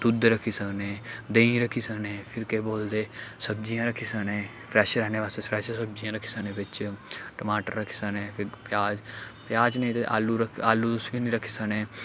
दुद्ध रक्खी सकने देहीं रक्खी सकने फिर केह् बोलदे सब्जियां रक्खी सकने फ्रैश रैह्ने बास्तै फ्रैश सब्जियां रक्खी सकने बिच्च टमाटर रक्खी सकने फिर प्याज प्याज नेईं ते आलू आलू तुस निं रक्खी सकने